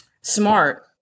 smart